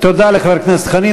תודה לחבר הכנסת חנין.